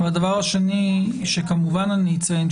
הדבר השני שכמובן אני אציין,